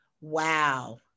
wow